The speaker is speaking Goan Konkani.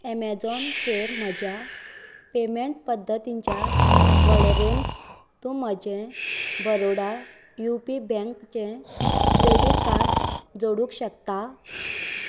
ऍमेझॉनचेर म्हज्या पेमेंन्ट पद्दतींच्या वळेरेंत तूं म्हजें बरोडा यू पी बँकचें क्रॅडिट कार्ड जोडूंक शकता